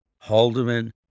Haldeman